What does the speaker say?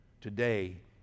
today